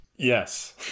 Yes